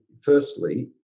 firstly